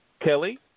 Kelly